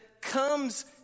comes